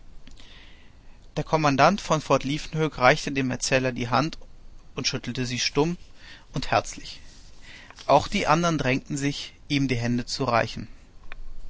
der kommandant von fort liefkenhoek reichte dem erzähler die hand und schüttelte sie stumm und herzlich auch die andern drängten sich ihm die hände zu reichen